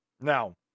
Now